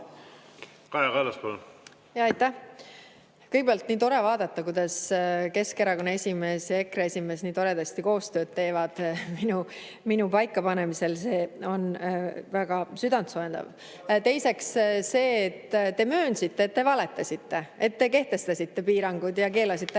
Kaja Kallas, palun! Aitäh! Kõigepealt, nii tore on vaadata, kuidas Keskerakonna esimees ja EKRE esimees nii toredasti koostööd teevad minu paikapanemisel, see on väga südantsoojendav. Teiseks see, et te möönsite, et te valetasite, et te kehtestasite piiranguid, keelasite ära